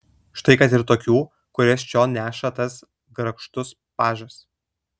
štai kad ir tokių kurias čion neša tas grakštus pažas